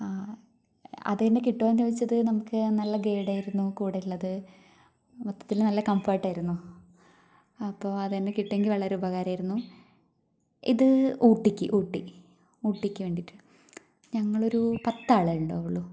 ആ അതുതന്നെ കിട്ടുവോന്ന് ചോദിച്ചത് നമുക്ക് നല്ല ഗൈഡായിരുന്നു കൂടെയുള്ളത് മൊത്തത്തിൽ നല്ല കംഫർട്ടായിരുന്നു അപ്പൊൾ അതുതന്നെ കിട്ടുമെങ്കിൽ വളരെ ഉപകാരമായിരുന്നു ഇത് ഊട്ടിക്ക് ഊട്ടി ഊട്ടിക്ക് വേണ്ടിട്ട് ഞങ്ങളൊരു പത്താളേ ഉണ്ടാവുള്ളു